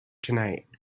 tonight